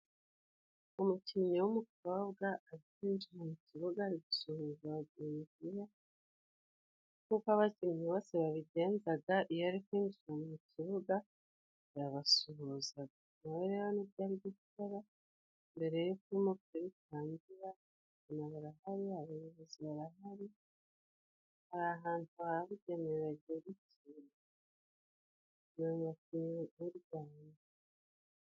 Umukinnyi w'umukobwa uri kwinjira mu kibuga ari gusuhuza bagenzi be, nk'uko abakinnyi bose babigenza iyo bari kwinjira mu kibuga arabasuhuza. Na we rero ni byo ari gukora, mbere yuko umupira utangira. Abantu barahari, abayobozi barahari, bari ahantu habigenewe bagiye gukinira.